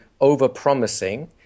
over-promising –